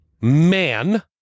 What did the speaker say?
man